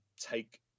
take